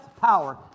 power